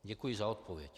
Děkuji za odpověď.